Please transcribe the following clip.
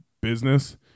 business